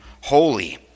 holy